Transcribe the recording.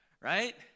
Right